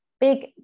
big